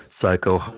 psycho